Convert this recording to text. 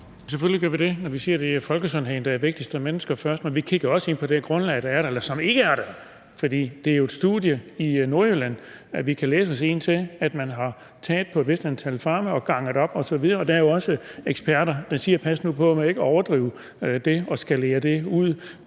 Selvfølgelig gør vi det, Vi siger, at folkesundheden er det vigtigste og mennesker kommer først, men vi kigger også på det grundlag, der er der, eller som ikke er der. For det er jo noget, vi kan læse os til via et studie, som man har foretaget i Nordjylland, på et vist antal farme, og så har man ganget det op osv. Og der er jo også eksperter, der siger: Pas nu på med ikke at overdrive det og skalere det op.